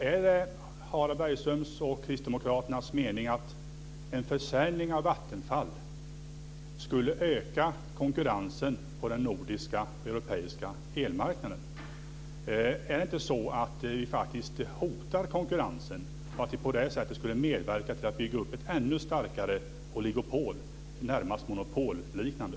Är det Harald Bergströms och Kristdemokraternas mening att en försäljning av Vattenfall skulle öka konkurrensen på den nordiska och europeiska elmarknaden? Är det inte så att det hotar konkurrensen, och att vi på det sättet skulle medverka till att bygga upp ett ännu starkare oligopol, närmast monopolliknande?